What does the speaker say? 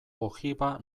ojiba